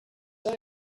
say